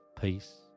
peace